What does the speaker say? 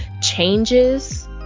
changes